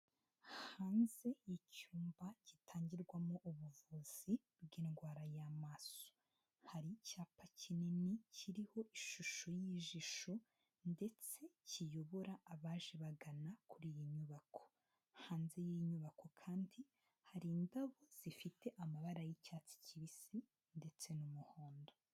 Hanze y'icyumba gitangirwamo ubuvuzi bw'indwara ya maso. Hari icyapa kinini kiriho ishusho y'ijisho ndetse kiyobora abaje bagana kuri iyi nyubako. Hanze y'iyi nyubako kandi hari indabo zifite amabara y'icyatsi kibisi ndetse n'umuhondo.